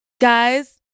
Guys